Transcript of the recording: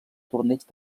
torneig